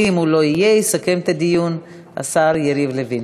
ואם הוא לא יהיה, יסכם את הדיון השר יריב לוין.